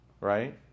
Right